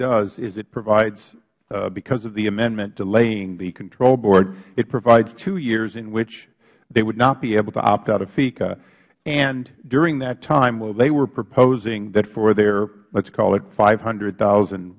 does is it provides because of the amendment delaying the control board it provides two years in which they would not be able to opt out of feca and during that time while they were proposing that for their lets call it five hundred thousand